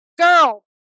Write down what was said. girl